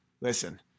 listen